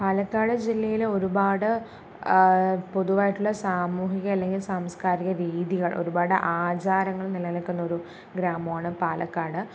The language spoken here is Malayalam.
പാലക്കാട് ജില്ലയിൽ ഒരുപാട് പൊതുവായിട്ടുള്ള സാമൂഹിക അല്ലെങ്കിൽ സാംസ്കാരിക രീതികൾ ഒരുപാട് ആചാരങ്ങൾ നിലനിൽക്കുന്ന ഒരു ഗ്രാമമാണ് പാലക്കാട്